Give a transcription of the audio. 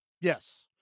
Yes